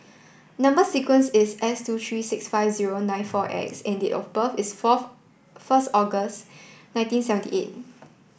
number sequence is S two tree six five zero nine four X and date of birth is fourth first August nineteen seventy eight